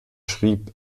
schrieb